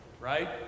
right